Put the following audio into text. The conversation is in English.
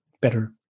better